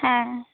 ᱦᱮᱸ